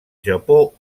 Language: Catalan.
japó